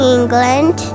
England